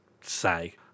say